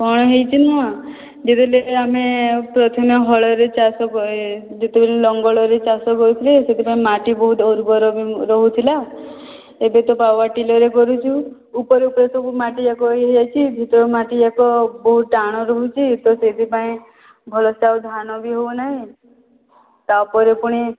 କ'ଣ ହେଇଛି ନା ଧୀରେ ଧୀରେ ଆମେ ପ୍ରଥମେ ହଳ ରେ ଚାଷ ଏ ଯେତେବେଳେ ଲଙ୍ଗଳା ରେ ଚାଷ କରୁଥିଲେ ସେଥିପାଇଁ ମାଟି ବହୁତ ଉର୍ବର ବି ରହୁଥିଲା ଏବେ ତ ପାୱାର ଟ୍ରିଲର ରେ କରୁଛୁ ଉପରୁ ଉପରୁ ମାଟି ଯାକ ସବୁ ଇଏ ହୋଇଯାଉଛି ଭିତରୁ ମାଟି ଯାକ ବହୁତ ଟାଣ ରହୁଛି ତ ସେଥିପାଇଁ ଭଲ ସେ ଆଉ ଧାନ ବି ହେଉନାହିଁ ତାପରେ ପୁଣି